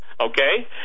okay